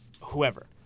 Whoever